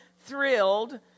thrilled